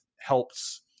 helps